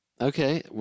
Okay